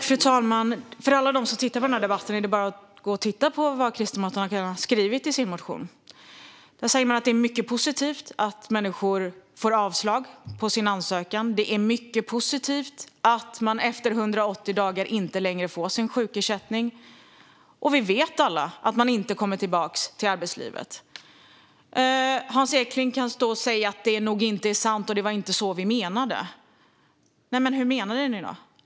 Fru talman! För alla dem som lyssnar på debatten är det bara att gå och se efter vad Kristdemokraterna har skrivit i sin motion. De säger att det är mycket positivt att människor får avslag på sin ansökan och att det är mycket positivt att man efter 180 dagar inte längre får sjukersättning. Men vi vet alla att man inte kommer tillbaka till arbetslivet. Hans Eklind kan säga att det inte är sant och att det inte var så ni menade. Men vad menade ni då?